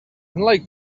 unlike